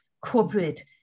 corporate